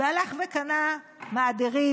והלך וקנה מעדרים